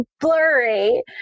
blurry